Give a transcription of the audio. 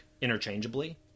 interchangeably